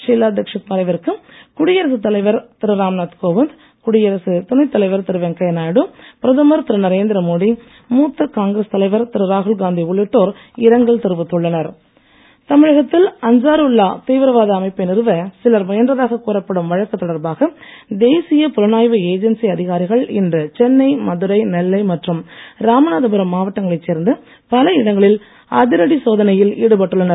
ஷீலா தீச்ஷித் மறைவிற்கு குடியரசுத் தலைவர் ராம்நாத் கோவிந்த் குடியரசு துணைத் தலைவர் திரு வெங்காய நாயுடு பிரதமர் திரு நரேந்திர மோடி மூத்த காங்கிரஸ் தலைவர் ராகுல் காந்தி உள்ளிட்டோர் இரங்கல் தெரிவித்துள்ளனர் தமிழகத்தில் அன்சாருல்லா தீவிரவாத அமைப்பை நிறுவ சிலர் முயன்றதாக கூறப்படும் வழக்கு தொடர்பாக தேசிய புலனாய்வு ஏஜென்சி அதிகாரிகள் இன்று சென்னை மதுரை நெல்லை மற்றும் ராமநாதபுரம் மாவட்டங்களை சேர்ந்த பல இடங்களில் அதிரடி சோதனையில் ஈடுபட்டுள்ளனர்